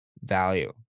value